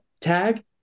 tag